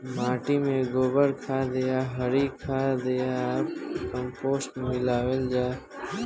माटी में गोबर खाद या हरी खाद या कम्पोस्ट मिलावल जाला खाद या ह्यूमस क मात्रा बढ़ावे खातिर?